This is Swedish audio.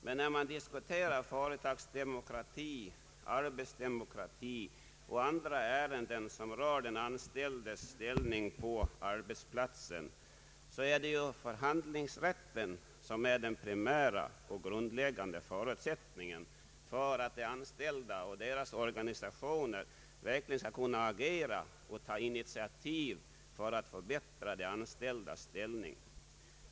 Men när man diskuterar företagsdemokrati, arbetsdemokrati och andra ärenden som rör den anställdes ställning på arbetsplatsen, är ju förhandlingsrätten den primära och grundläggande förutsättningen för att anställda och deras organisationer verkligen skall kunna agera och ta initiativ för att förbättra de anställdas ställning.